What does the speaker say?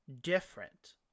different